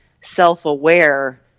self-aware